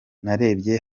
narebye